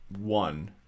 one